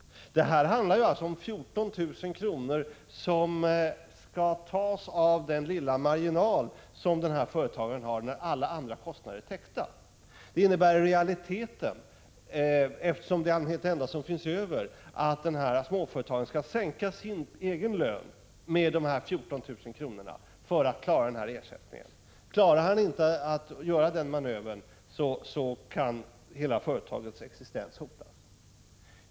Här handlar det om 14 000 kr. som skall tas av den lilla marginal som företagaren har när alla andra kostnader är täckta. Det innebär i realiteten — eftersom det enda som i allmänhet finns över är lönen — att småföretagaren skall sänka sin egen lön med dessa 14 000 kr. för att klara ersättningen. Klarar han inte att göra den manövern kan hela företagets existens hotas.